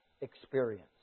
experience